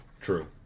True